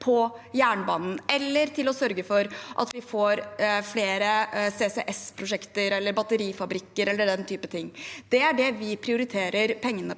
på jernbanen, eller for å sørge for at vi får flere CCS-prosjekter eller batterifabrikker eller den typen ting. Det er det vi prioriterer å bruke pengene på.